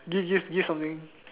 give give something